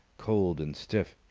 cold and stiff.